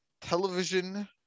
Television